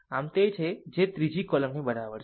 આમ તે જ છે જે ત્રીજી કોલમ ની બરાબર છે